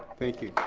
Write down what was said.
thank you.